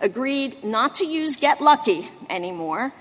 agreed not to use get lucky anymore